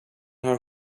har